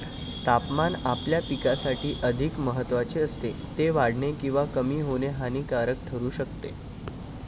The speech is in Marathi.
तापमान आपल्या पिकासाठी अधिक महत्त्वाचे असते, ते वाढणे किंवा कमी होणे हानिकारक ठरू शकते